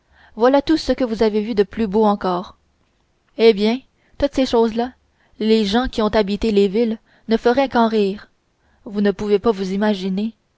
voilà tout ce que vous avez vu de plus beau encore eh bien toutes ces choses-là les gens qui ont habité les villes ne feraient qu'en rire vous ne pouvez pas vous imaginer